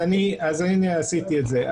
אז הנה עשיתי את זה,